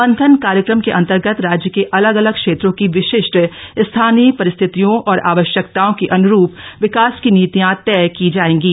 मंथन कार्यक्रम के अन्तर्गत राज्य के अलग अलग क्षेत्रों की विशिष्ट स्थानीय परिस्थितियों और आवश्यकताओं के अनुरूप विकास की नीतियां तय की जाएंगी